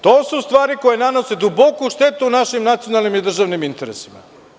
To su stvari koje nanose duboku štetu našim nacionalnim i državnim interesima.